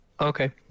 Okay